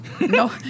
No